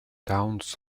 towns